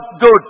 good